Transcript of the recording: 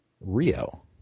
Rio